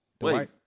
Wait